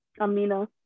Amina